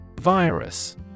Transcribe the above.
Virus